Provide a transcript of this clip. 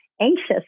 anxious